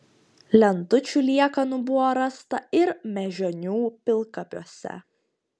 lentučių liekanų buvo rasta ir mėžionių pilkapiuose